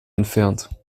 entfernt